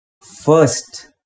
first